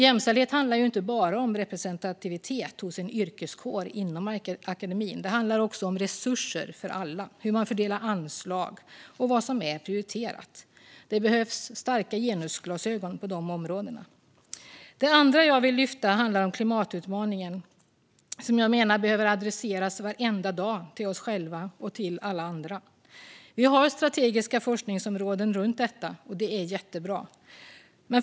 Jämställdhet handlar ju inte bara om representativitet hos en yrkeskår inom akademin. Det handlar också om resurser för alla, om hur man fördelar anslag och om vad som är prioriterat. Det behövs starka genusglasögon på dessa områden. Det andra jag vill lyfta handlar om klimatutmaningen, som jag menar behöver adresseras varenda dag till oss själva och till alla andra. Vi har strategiska forskningsområden runt detta, och det är jättebra.